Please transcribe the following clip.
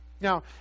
now